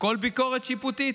כל ביקורת שיפוטית.